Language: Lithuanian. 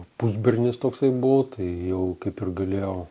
pusbernis toksai buvau tai jau kaip ir galėjau